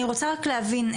אני רוצה רק להבין,